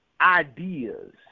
ideas